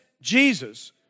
Jesus